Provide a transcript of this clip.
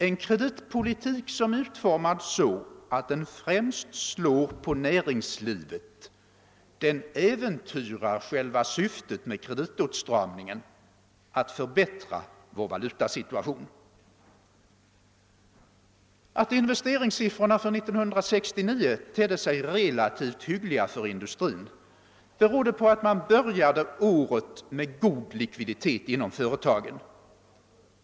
En kreditpolitik som utformas så, att den främst slår på näringslivet, äventyrar själva syftet med kreditåtstramningen: att förbättra vår valutasituation. Att investeringssiffrorna för 1969 tedde sig relativt hyggliga för industrin berodde på att man började året med god likviditet inom företagen.